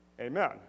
Amen